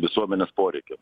visuomenės poreikiam